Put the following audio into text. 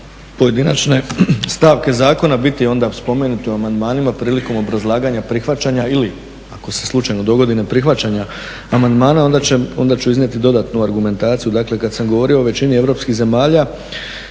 pojedinačne stavke zakona biti onda spomenute u amandmanima prilikom obrazlaganja, prihvaćanja ili ako se slučajno dogodi neprihvaćanja amandmana onda ću iznijeti dodatnu argumentaciju. Dakle, kad sam govorio o većini europskih zemalja